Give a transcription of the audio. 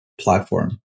platform